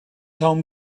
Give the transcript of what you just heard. home